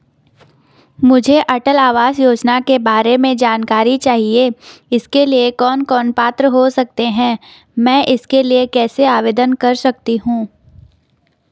मुझे अटल आवास योजना के बारे में जानकारी चाहिए इसके लिए कौन कौन पात्र हो सकते हैं मैं इसके लिए कैसे आवेदन कर सकता हूँ?